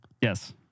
Yes